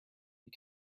you